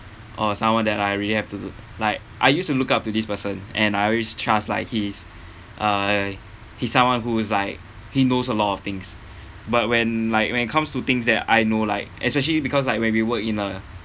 or someone that I really have to to like I used to look up to this person and I always trust like he is I he's someone who is like he knows a lot of things but when like when it comes to things that I know like especially because like when we work in a